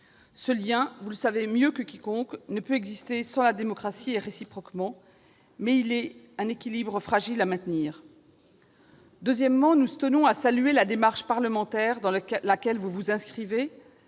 Ce lien, vous le savez mieux que quiconque, ne peut exister sans la démocratie, et réciproquement ; c'est un équilibre fragile à maintenir. D'autre part, nous tenons à saluer la démarche parlementaire dans laquelle vous vous inscrivez,